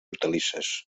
hortalisses